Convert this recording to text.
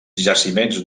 jaciments